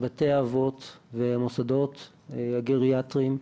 בתי האבות והמוסדות הגריאטריים.